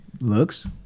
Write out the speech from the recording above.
Looks